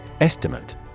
Estimate